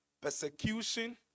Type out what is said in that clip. persecution